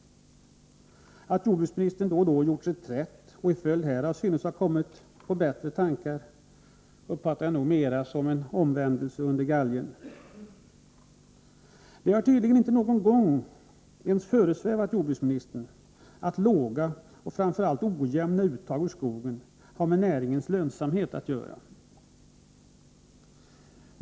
Att jordbruksministern då och då gör reträtt och till följd därav synes ha kommit på bättre tankar uppfattar jag mera som en omvändelse under galgen. Det har tydligen inte någon gång ens föresvävat jordbruksministern att låga och framför allt ojämna uttag i skogen har med näringens lönsamhet att göra.